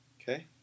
Okay